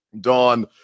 Dawn